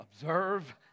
observe